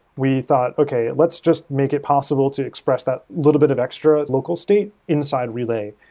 we thought, okay, let's just make it possible to express that little bit of extra local state inside relay.